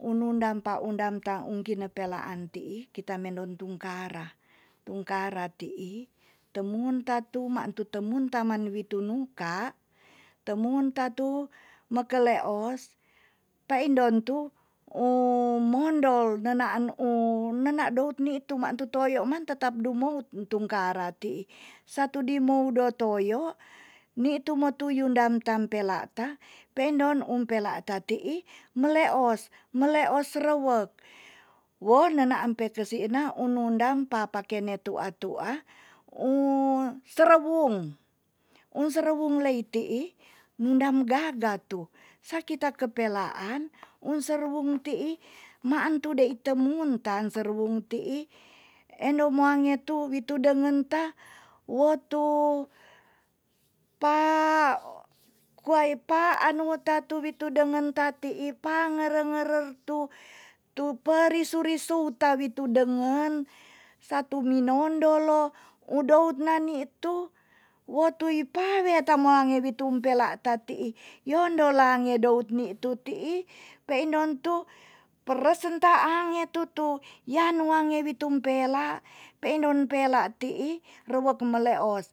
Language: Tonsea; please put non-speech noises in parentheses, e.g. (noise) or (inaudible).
unun dan ta undam ta un kine pelaan ti'i kita mendon tungkara. tungkara ti'ii, temun tatu ma an tu- te mun taman witu nungka temun tatu meke leos paindon tu (hesitation) mondol ne naan (hesitation) nena dout ni tu ma mantu toyo man tetap dumout tungkara ti'i. satu dimou do toyo ni tu mo tuyun dan tan pela ta pei ndon um pela ta ti'i meleos- meleos rewek. wo ne naan pe kesi ina unundam papa kenet tua'tua um serewung um serewung lei ti'i endam gaga tu. sa kita kepelaan um serewung ti'i maan tu dei temun tan serewung ti'i endo muange tu witu de wenta wo tu p (hesitation) kuwai pa anu ta tuwi tudengen ta ti'i pangerer ngere tu tu perisu risu ta witu dengen satu minon dolo udout na ni tu wo tuyi pa we tamuange wi tum pela ta ti'i. yondo lange dout ni tu ti'i peindon tu peresentaang nge tutu yanuange witum pela pei endon pela ti'i rewek meleos